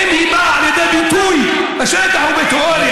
האם היא באה לידי ביטוי בשטח או בתיאוריה?